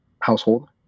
household